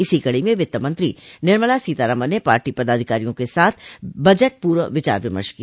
इसी कड़ी में वित्त मंत्री निर्मला सीतारामन ने पार्टी पदाधिकारियों के साथ बजट पूर्व विचार विमर्श किया